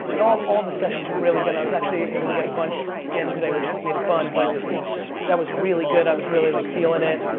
and all all the sessions were really good, i was actually able to get a bunch in today, which made it fun, but that was really good, i was really like feeling it.